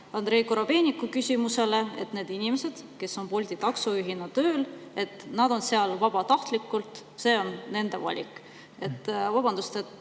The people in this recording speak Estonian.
Andrei Korobeiniku küsimusele, et need inimesed, kes on Boltis taksojuhina tööl, on seal vabatahtlikult, see on nende valik. Vabandust,